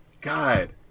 God